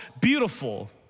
Beautiful